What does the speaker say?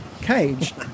cage